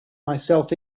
myself